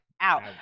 out